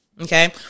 Okay